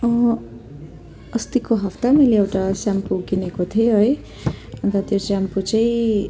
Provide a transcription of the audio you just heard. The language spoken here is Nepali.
अस्तिको हप्ता मैले एउटा सेम्पू किनेको थिएँ है अन्त त्यो सेम्पू चाहिँ